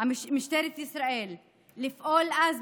משטרת ישראל לפעול אז,